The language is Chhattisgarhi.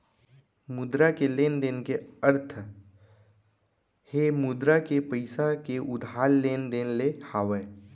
मुद्रा के लेन देन के अरथ हे मुद्रा के पइसा के उधार लेन देन ले हावय